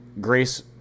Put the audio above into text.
grace